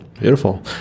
beautiful